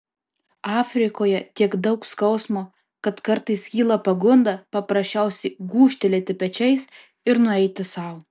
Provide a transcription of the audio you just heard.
afrikoje tiek daug skausmo kad kartais kyla pagunda paprasčiausiai gūžtelėti pečiais ir nueiti sau